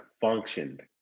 functioned